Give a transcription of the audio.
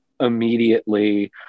immediately